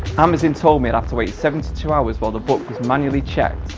amazon told me to wait seventy two hours while the book was manually checked.